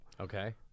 Okay